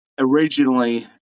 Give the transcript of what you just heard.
originally